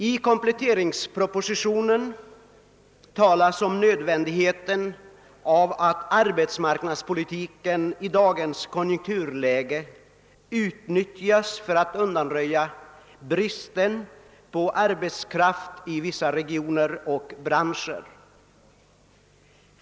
I kompletteringspropositionen talas om nödvändigheten av att arbetsmarknadspolitiken i dagens konjunkturläge utnyttjas för att undanröja bristen på arbetskraft i vissa regioner och branscher.